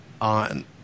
on